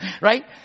Right